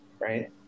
right